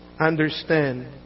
understand